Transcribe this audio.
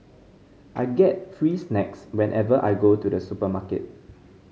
I get free snacks whenever I go to the supermarket